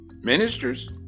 ministers